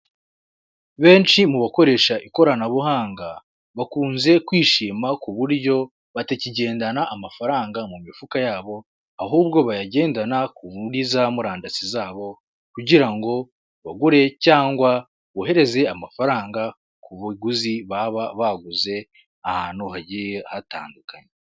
Benshi mu bakoresha ikoranabuhanga, bakunze kwishima ku buryo batakigendana amafaranga mu mifuka yabo, ahubwo bayagendana kuri za murandasi zabo kugira ngo bagure cyangwa bohereze amafaranga, ku baguzi baba baguze ahantu hagiye hatandukanye.